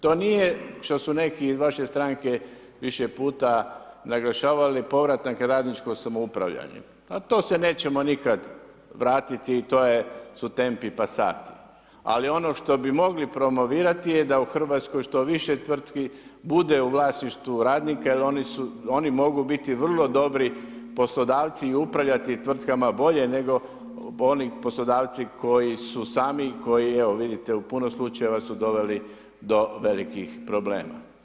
To nije što su neki iz vaše stranke više puta naglašavali povratak na radničko samoupravljanje, na to se nećemo nikad vratiti i to su tempi pasati, ali ono što bi mogli promovirati je da u Hrvatskoj što više tvrtki bude u vlasništvu radnika jer oni mogu biti vrlo dobri poslodavci i upravljati tvrtkama bolje nego oni poslodavci koji su sami i koji evo vidite u puno slučajeva su doveli do velikih problema.